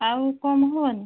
ଆଉ କମ୍ ହେବନି